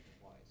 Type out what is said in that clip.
twice